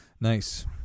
Nice